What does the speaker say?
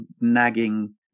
nagging